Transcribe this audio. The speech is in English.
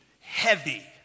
heavy